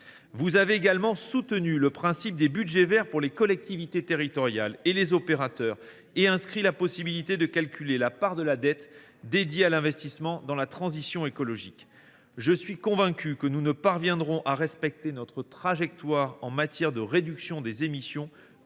Vous avez également soutenu le principe des budgets verts pour les collectivités territoriales et les opérateurs, et inscrit la possibilité de calculer la part de dette dédiée à l’investissement dans la transition écologique. Je suis convaincu que nous ne parviendrons à respecter notre trajectoire en matière de réduction des émissions